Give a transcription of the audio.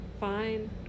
Fine